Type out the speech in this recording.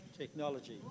Technology